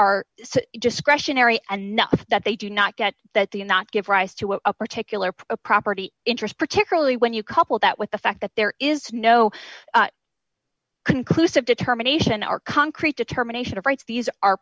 our discretionary and not that they do not get that the in that give rise to a particular property interest particularly when you couple that with the fact that there is no conclusive determination or concrete determination of rights these are